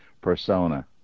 persona